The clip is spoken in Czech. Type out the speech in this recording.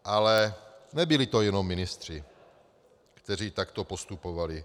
Ale nebyli to jenom ministři, kteří takto postupovali.